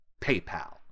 paypal